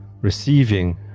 receiving